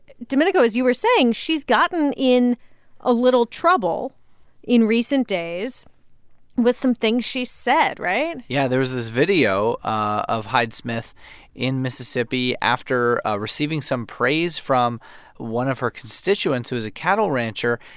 domenico, as you were saying, she's gotten in a little trouble in recent days with some things she said, right? yeah. there was this video of hyde-smith in mississippi, after receiving some praise from one of her constituents, who was a cattle rancher.